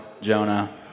Jonah